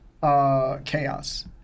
chaos